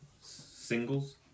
singles